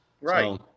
Right